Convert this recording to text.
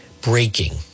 Breaking